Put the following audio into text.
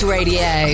Radio